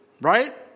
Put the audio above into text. right